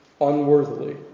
unworthily